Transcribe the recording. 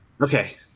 Okay